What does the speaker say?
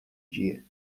dia